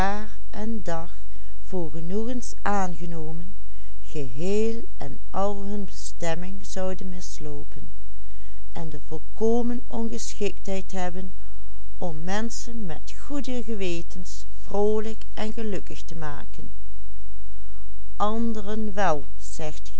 en al hun bestemming zouden misloopen en de volkomen ongeschiktheid hebben om menschen met goede gewetens vroolijk en gelukkig te maken anderen wel